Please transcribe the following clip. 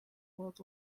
world